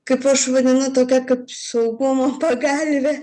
kaip aš vadinu tokia kaip saugumo pagalvė